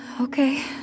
Okay